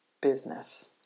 business